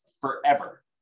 forever